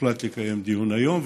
הוחלט לקיים דיון היום.